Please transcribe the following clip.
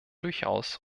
durchaus